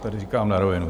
To tady říkám na rovinu.